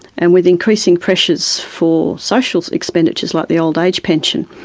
and with increasing pressures for social expenditures like the old age pension,